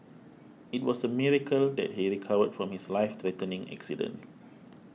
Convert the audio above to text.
it was a miracle that he recovered from his life threatening accident